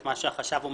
את מה שהחשב אומר,